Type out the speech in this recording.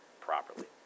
properly